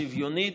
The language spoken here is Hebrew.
שוויונית,